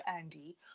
Andy